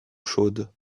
chaude